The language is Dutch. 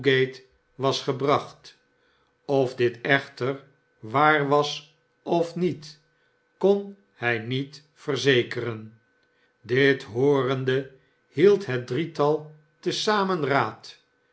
was gebracht of dit echter waar was of xiiet kon hij niet verzekeren dit hoorende hield het drietal te zamen raad